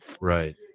right